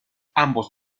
ambos